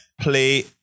Play